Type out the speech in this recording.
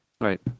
Right